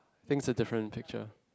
paints a different picture